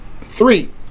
Three